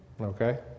Okay